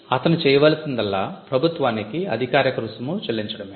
అతను చేయవలసిందల్లా ప్రభుత్వానికి అధికారిక రుసుము చెల్లించడమే